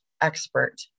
expert